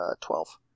twelve